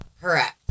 Correct